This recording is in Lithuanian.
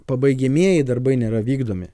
pabaigiamieji darbai nebevykdomi